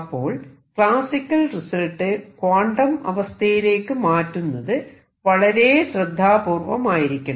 അപ്പോൾ classical result quantum അവസ്ഥയിലേക്ക് മാറ്റുന്നത് വളരെ ശ്രദ്ധാപൂര്വമായിരിക്കണം